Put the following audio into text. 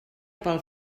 pel